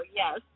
yes